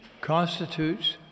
constitutes